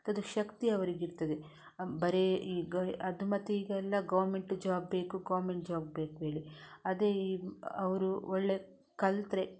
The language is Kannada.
ಶಕ್ತಿ ಅವರಿಗಿರ್ತದೆ ಬರೀ ಈಗ ಅದು ಮತ್ತೆ ಈಗ ಎಲ್ಲ ಗವರ್ಮೆಂಟ್ ಜಾಬ್ ಬೇಕು ಗವರ್ಮೆಂಟ್ ಜಾಬ್ ಬೇಕು ಹೇಳಿ ಅದೇ ಈ ಅವರು ಒಳ್ಳೆ ಕಲಿತರೆ